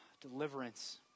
deliverance